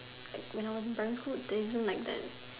like when I in primary school it wasn't like that